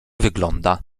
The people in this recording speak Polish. wygląda